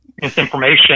misinformation